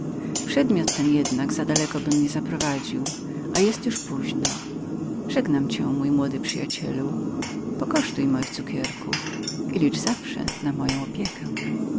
przedmiot ten jednak zadaleko by mnie zaprowadził żegnam cię mój młody przyjacielu pokosztuj moich cukierków i licz zawsze na moją opiekę